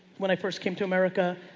when i first came to america.